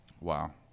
wow